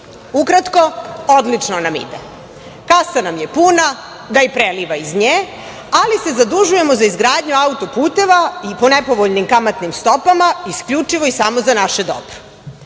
autoput. Ukratko, odlično nam ide. Kasa nam je puna, da i preliva iz nje, ali se zadužujemo za izgradnju autoputeva i po nepovoljnim kamatnim stopama isključivo samo za naše dobro.